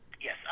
Yes